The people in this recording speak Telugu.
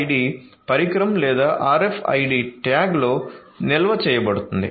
RFID పరికరం లేదా RFID ట్యాగ్లో నిల్వ చేయబడుతుంది